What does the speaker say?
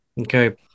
okay